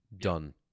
Done